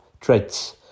traits